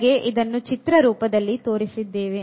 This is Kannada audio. ಕೆಳಗೆ ಇದನ್ನು ಚಿತ್ರರೂಪದಲ್ಲಿ ತೋರಿಸಿದ್ದೇವೆ